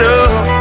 up